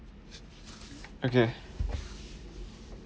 okay